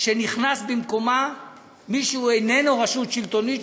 שנכנס במקומה מי שאינו רשות שלטונית,